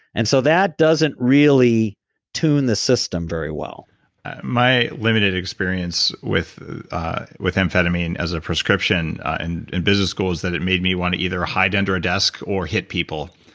and so that doesn't really tune the system very well my limited experience with with amphetamine as a prescription and in business school is that it made me want to either hide under a desk or hit people